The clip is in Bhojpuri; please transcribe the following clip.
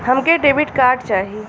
हमके डेबिट कार्ड चाही?